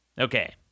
Okay